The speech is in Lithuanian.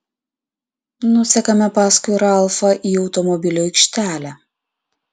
nusekame paskui ralfą į automobilių aikštelę